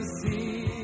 see